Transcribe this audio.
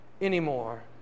anymore